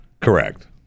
Correct